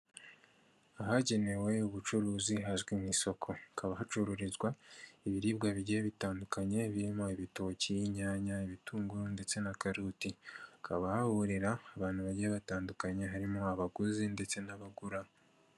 Ahagenewe ubucuruzi hazwi nk'isoko, hakaba hacururizwa ibiribwa bigiye bitandukanye birimo ibitoki, inyanya, ibitunguru ndetse na karoti, hakaba hahurira abantu bagiye batandukanye harimo abaguzi ndetse n'abagura.